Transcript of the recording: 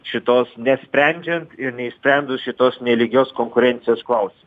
šitos nesprendžiant ir neišsprendus šitos nelygios konkurencijos klausimo